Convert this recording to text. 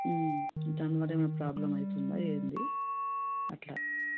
దాని వల్ల ఏమైన ప్రాబ్లమ్ అవుతుందా ఏంది అట్లా